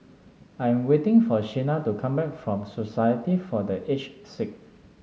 I am waiting for Shenna to come back from Society for The Aged Sick